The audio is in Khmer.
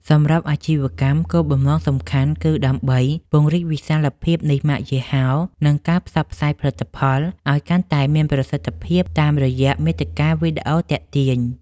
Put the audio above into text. សម្រាប់អាជីវកម្ម គោលបំណងសំខាន់គឺដើម្បីពង្រីកវិសាលភាពនៃម៉ាកយីហោ និងការផ្សព្វផ្សាយផលិតផលឱ្យកាន់តែមានប្រសិទ្ធភាពតាមរយៈមាតិកាវីដេអូទាក់ទាញ។